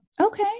Okay